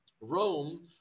Rome